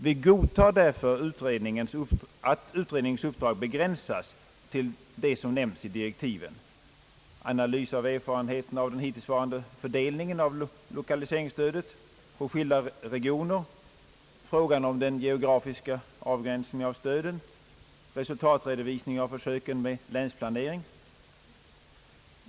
Vi godtar därför att utredningens uppdrag begränsas till de som nämnes i direktiven — analys av erfarenheterna av den hittillsvarande fördelningen av lokaliseringsstödet på skilda regioner, frågan om den geografiska avgränsningen av stödet och resultatredovisning av försöken med länsplanering.